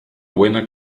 buena